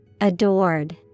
Adored